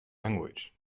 language